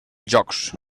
jocs